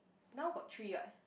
now got three [what]